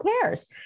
cares